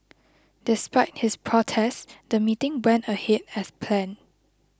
despite his protest the meeting went ahead as planned